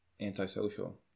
antisocial